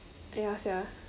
ya sia